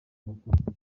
amafaranga